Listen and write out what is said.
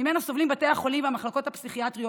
שממנה סובלים בתי החולים והמחלקות הפסיכיאטריות"